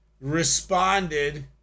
responded